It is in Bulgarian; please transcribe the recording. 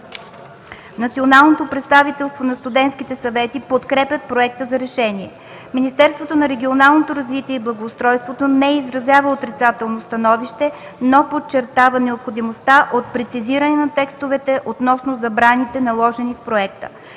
Националното представителство на студентските съвети подкрепят проекта за решение; - Министерството на регионалното развитие и благоустройство не изразява отрицателно становище, но подчертава необходимостта от прецизиране на текстовете относно забраните, наложени в проекта;